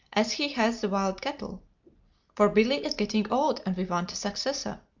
as he has the wild cattle for billy is getting old, and we want a successor.